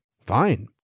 Fine